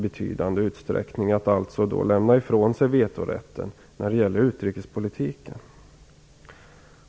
Det handlar alltså om att lämna ifrån sig vetorätten i utrikespolitiken.